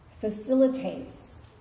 facilitates